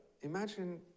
imagine